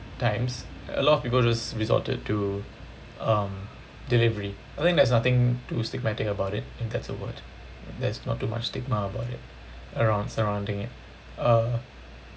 times a lot of people just resorted to um delivery I think there's nothing too stigmatic about it think that's a word there's not too much stigma about it around surrounding it uh